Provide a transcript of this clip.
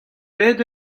bet